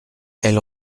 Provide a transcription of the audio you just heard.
elle